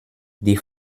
die